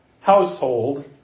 household